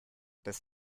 das